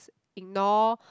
ignore